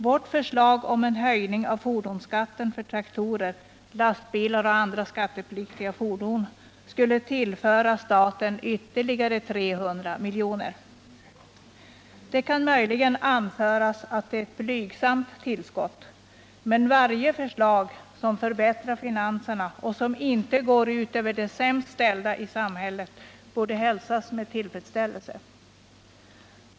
Vårt förslag om en höjning av fordonsskatten för traktorer, lastbilar och andra skattepliktiga fordon skulle tillföra staten ytterligare 300 miljoner. Det kan möjligen anföras att det är ett blygsamt tillskott, men varje förslag som förbättrar finanserna och som inte går ut över de sämst ställda i samhället borde hälsas med tillfredsställelse.